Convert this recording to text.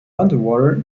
underwater